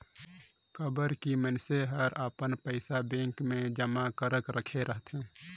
काबर की मइनसे हर अपन पइसा बेंक मे जमा करक राखे रथे